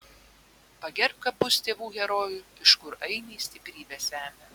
pagerbk kapus tėvų herojų iš kur ainiai stiprybę semia